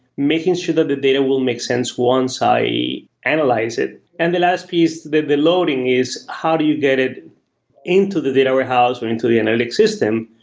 making sure that the data will make sense once i analyze it. and the last piece, the the loading is how do you get into the data warehouse or into the analytics system,